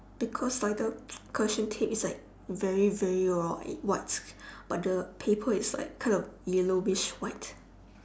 because like the correction tape is like very very white white but the paper is like kind of yellowish white